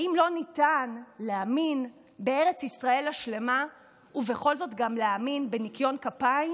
האם לא ניתן להאמין בארץ ישראל השלמה ובכל זאת גם להאמין בניקיון כפיים?